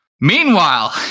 Meanwhile